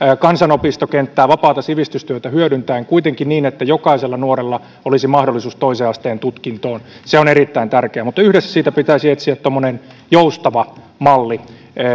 kansanopistokenttää vapaata sivistystyötä hyödyntäen kuitenkin niin että jokaisella nuorella olisi mahdollisuus toisen asteen tutkintoon se on erittäin tärkeää mutta yhdessä siitä pitäisi etsiä tuommoinen joustava malli